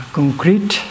concrete